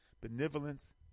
Benevolence